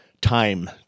time